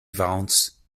vance